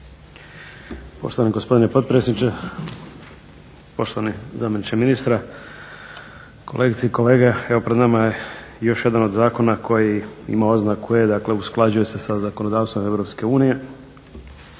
Poštovani gospodine potpredsjedniče, poštovani zamjeniče ministra, kolegice i kolege. Evo pred nama je još jedan od zakona koji ima oznaku E dakle usklađuje se sa zakonodavstvom EU. On je